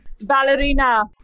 Ballerina